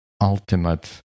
ultimate